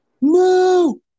No